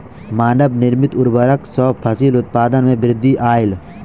मानव निर्मित उर्वरक सॅ फसिल उत्पादन में वृद्धि आयल